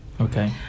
Okay